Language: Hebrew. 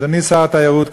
אדוני שר התיירות,